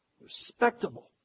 Respectable